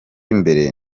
imbere